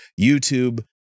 YouTube